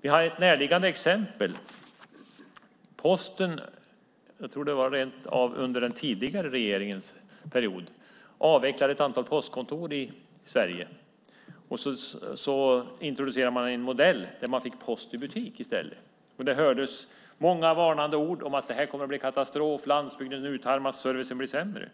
Vi har ett närliggande exempel: Posten avvecklade ett antal postkontor i Sverige och introducerade i stället en modell med post i butik. Jag tror att det rent av var under den tidigare regeringens period. Det hördes många varnande ord om att det skulle bli en katastrof, att landsbygden skulle utarmas och att servicen skulle bli sämre.